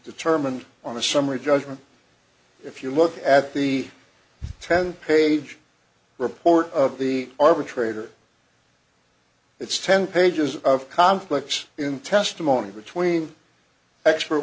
determined on a summary judgment if you look at the ten page report of the arbitrator it's ten pages of conflicts in testimony between expert